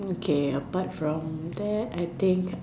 okay apart from that I think